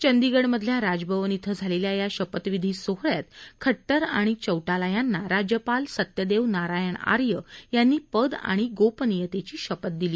चंदीगड मधल्या राजभवन इथं झालेल्या या शपथविधी सोहळ्यात खट्टर आणि चौटाला यांना राज्यपाल सत्यदेव नारायण आर्य यांनी पद आणि गोपनीयतेची शपथ दिली